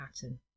pattern